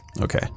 Okay